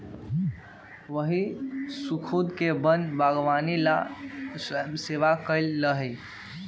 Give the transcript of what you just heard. वही स्खुद के वन बागवानी ला स्वयंसेवा कई लय